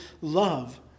love